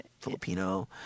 Filipino